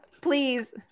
please